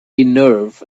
nerve